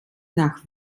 nach